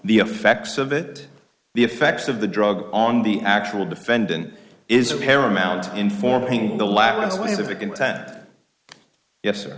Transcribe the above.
the effects of it the effects of the drug on the actual defendant is of paramount informing the